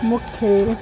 मूंखे